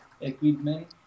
equipment